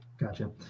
Gotcha